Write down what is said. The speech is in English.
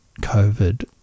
COVID